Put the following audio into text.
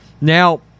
now